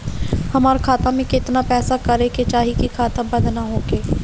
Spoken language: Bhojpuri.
हमार खाता मे केतना पैसा रहे के चाहीं की खाता बंद ना होखे?